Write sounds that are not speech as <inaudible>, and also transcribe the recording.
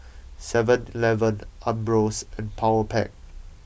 seven <noise> eleven Ambros and Powerpac